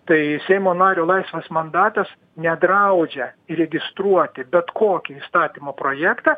tai seimo nario laisvas mandatas nedraudžia įregistruoti bet kokį įstatymo projektą